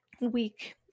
week